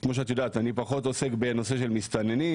אני פחות עוסק בנושא של מסתננים